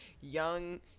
young